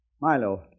Milo